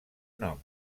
nom